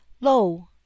lo